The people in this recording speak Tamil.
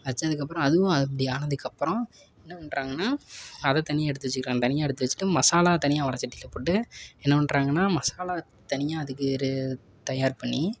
வெச்சதுக்கப்புறம் அதுவும் அப்படி ஆனதுக்கப்புறம் என்ன பண்ணுறாங்கன்னா அதை தனியாக எடுத்து வெச்சுர்றாங்க தனியாக எடுத்து வெச்சுட்டு மசாலா தனியாக வடசட்டியில் போட்டு என்ன பண்ணுறாங்கன்னா மசாலாவை தனியாக அதுக்கு தயார் பண்ணி